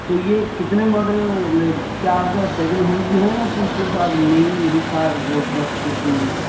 تو یہ کتنے ماڈل کیا آپ کے پاس شیکنڈ ہینڈ بھی ہیں یا کہ صرف آپ نئی ہی کار وہ فروخت کرتے ہیں